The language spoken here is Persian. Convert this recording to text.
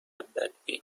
بدبین